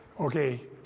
Okay